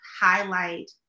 highlight